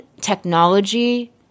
technology